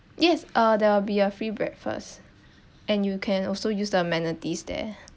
yes uh there will be a free breakfast and you can also use the amenities there